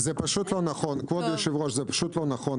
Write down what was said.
כבוד היושב-ראש, זה לא נכון.